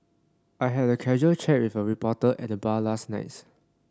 I had a casual chat with a reporter at the bar last nights